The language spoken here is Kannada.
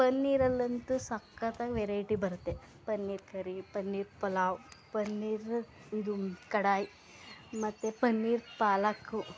ಪನ್ನೀರಲ್ಲಂತೂ ಸಕ್ಕತ್ತಾಗಿ ವೆರೈಟಿ ಬರುತ್ತೆ ಪನ್ನೀರ್ ಕರಿ ಪನ್ನೀರ್ ಪಲಾವ್ ಪನ್ನೀರ್ ಇದು ಕಡಾಯಿ ಮತ್ತೆ ಪನ್ನೀರ್ ಪಾಲಕ್